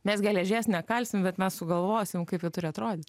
mes geležies nekalsim bet mes sugalvosim kaip ji turi atrodyt